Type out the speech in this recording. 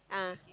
ah